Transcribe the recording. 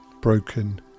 Broken